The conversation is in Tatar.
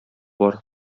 бар